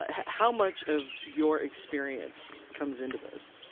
ah how much of your experience comes into this?